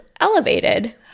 elevated